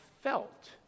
felt